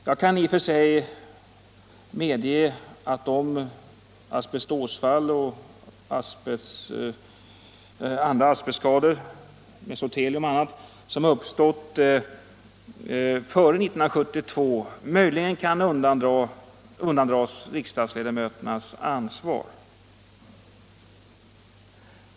Jag kan i och för sig medge att de fall av asbestos och andra asbestsjukdomar som uppstått före 1972 möjligen kan undandras riksdagsledamöternas ansvar.